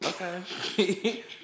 Okay